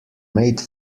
made